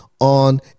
on